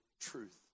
truth